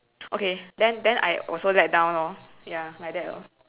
okay then then I also let down lor ya like that lor